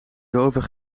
doven